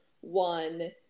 one